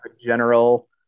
general